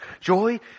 Joy